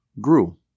grew